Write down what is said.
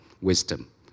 wisdom